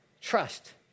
Trust